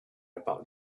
about